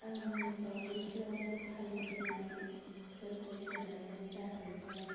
आंनि बावैसोआवनो फालिबोनाय फोर्बोफोरानो जाहैबाय